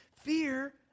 fear